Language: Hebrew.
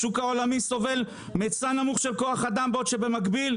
השוק העולמי סובל מהיצע נמוך של כוח אדם בעוד שבמקביל,